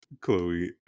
Chloe